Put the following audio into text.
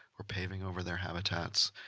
we're paving over their habitats.